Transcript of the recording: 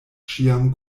ĉiam